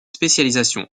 spécialisation